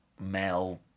male